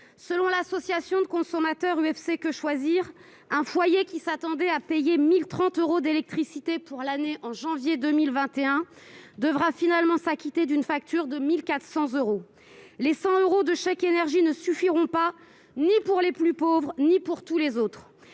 selon l'association de consommateurs UFC-Que Choisir, un foyer qui s'attendait à payer 1 030 euros d'électricité pour l'année en janvier 2021 devra finalement s'acquitter d'une facture de 1 400 euros. Les 100 euros de chèque énergie ne suffiront pas, ni pour les plus pauvres ni pour tous les autres.